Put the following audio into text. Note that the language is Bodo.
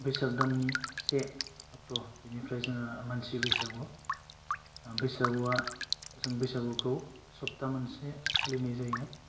बैसाग दाननि से अक्ट' बेनिफ्राइ जोङो मानसि बैसागु बैसागुवा जों बैसागुखौ सप्ता मोनसे फालिनाय जायो